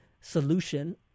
solution